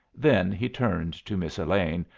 then he turned to miss elaine,